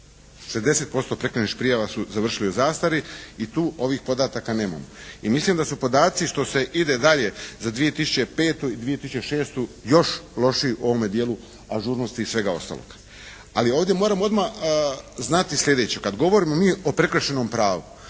60% prekršajnih prijava su završili u zastari i tu ovih podataka nemamo. I mislim da su podaci što se ide dalje za 2005. i 2006. još lošiji u ovome dijelu ažurnosti i svega ostaloga. Ali ovdje moramo odmah znati sljedeće. Kada govorimo mi o prekršajnom pravu